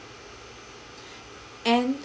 and